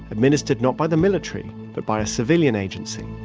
administered not by the military but by a civilian agency